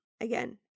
Again